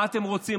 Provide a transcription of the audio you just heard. מה אתם רוצים?